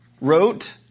Wrote